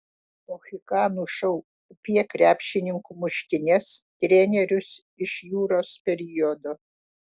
mohikanų šou apie krepšininkų muštynes trenerius iš juros periodo